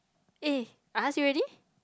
eh I asked you already